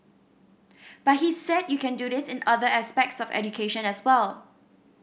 but he said you can do this in other aspects of education as well